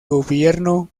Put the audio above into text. gobierno